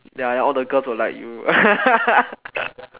ya than all the girls will like you